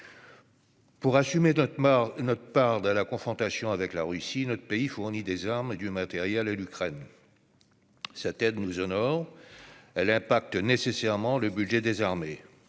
Pour assumer notre part dans la confrontation avec la Russie, notre pays fournit des armes et matériels militaires à l'Ukraine. Cette aide nous honore. Elle impacte nécessairement le budget des armées.